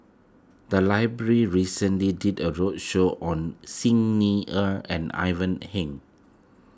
the library recently did a roadshow on Xi Ni Er and Ivan Heng